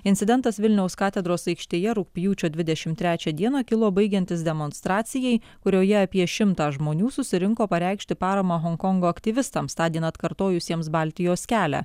incidentas vilniaus katedros aikštėje rugpjūčio dvidešimt trečią dieną kilo baigiantis demonstracijai kurioje apie šimtą žmonių susirinko pareikšti paramą honkongo aktyvistams tądien atkartojusiems baltijos kelią